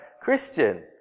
Christian